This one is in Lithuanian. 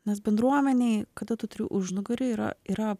nes bendruomenei kada tu turi užnugarį yra yra